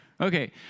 Okay